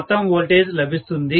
మొత్తం వోల్టేజ్ లభిస్తుంది